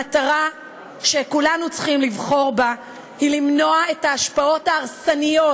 המטרה שכולנו צריכים לבחור בה היא למנוע את ההשפעות ההרסניות